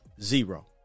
Zero